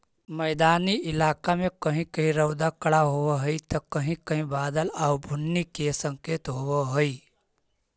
मैदानी इलाका में कहीं कहीं रउदा कड़ा होब हई त कहीं कहीं बादल आउ बुन्नी के संकेत होब हई